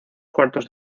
cuartos